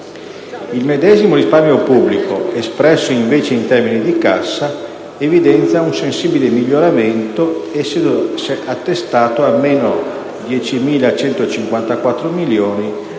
Il medesimo risparmio pubblico, espresso invece in termini di cassa, evidenzia un sensibile miglioramento, essendosi attestato a meno 10.154 milioni di euro,